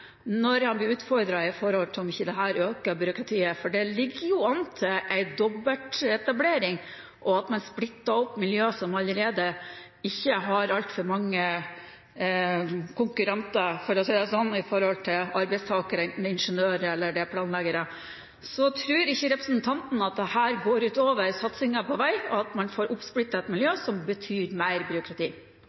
når han blir utfordret på om ikke dette øker byråkratiet, for det ligger jo an til en dobbeltetablering og at man splitter opp miljøer som allerede ikke har altfor mange konkurrenter, for å si det sånn, når det gjelder arbeidstakere – enten det er ingeniører eller planleggere. Tror ikke representanten at dette går ut over satsingen på vei, og at man får splittet opp et miljø, noe som betyr mer byråkrati?